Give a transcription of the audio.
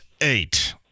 eight